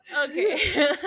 Okay